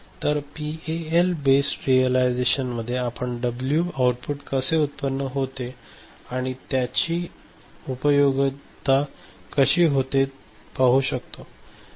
तर PAL based रियलिझेशनमध्ये आपण डब्ल्यू आउटपुट कसे उत्पन्न होत आहे व आणि त्याची पुन्हा उपयोगिता कशी होते पाहू शकतो